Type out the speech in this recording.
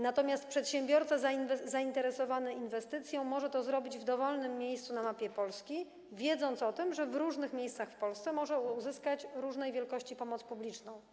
Natomiast przedsiębiorca zainteresowany inwestycją może to zrobić w dowolnym miejscu na mapie Polski, wiedząc o tym, że w różnych miejscach w Polsce może uzyskać różnej wielkości pomoc publiczną.